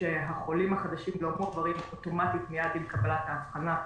שהחולים החדשים לא מועברים אוטומטית מיד עם קבלת האבחנה,